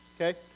okay